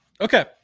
Okay